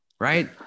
Right